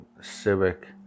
civic